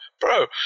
bro